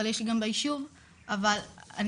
אבל יש לי גם בישוב,